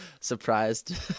surprised